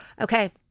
Okay